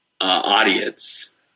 audience